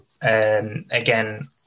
again